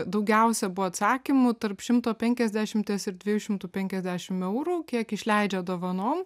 daugiausia buvo atsakymų tarp šimto penkiasdešimties ir dviejų šimtų penkiasdešim eurų kiek išleidžia dovanom